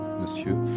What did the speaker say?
monsieur